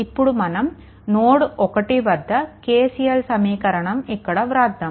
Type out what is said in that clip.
ఇప్పుడు మనం నోడ్1 వద్ద KCL సమీకరణం ఇక్కడ వ్రాద్దాము